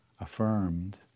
affirmed